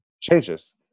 changes